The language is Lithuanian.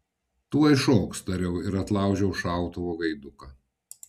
tuoj šoks tariau ir atlaužiau šautuvo gaiduką